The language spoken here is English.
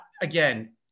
again